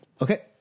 Okay